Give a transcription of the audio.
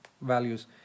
values